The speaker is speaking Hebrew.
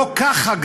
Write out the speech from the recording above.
לא ככה,